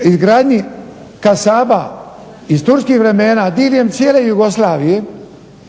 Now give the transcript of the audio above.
izgradnji kasaba iz turskih vremena diljem cijele Jugoslavije,